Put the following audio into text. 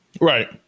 Right